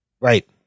Right